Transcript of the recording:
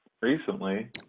recently